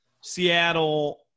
Seattle